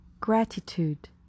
gratitude